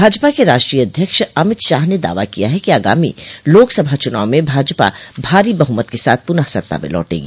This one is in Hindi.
भाजपा के राष्ट्रीय अध्यक्ष अमित शाह ने दावा किया है कि आगामी लोकसभा चुनाव में भाजपा भारी बहमत के साथ पूनः सत्ता में लौटेगी